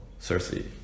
Cersei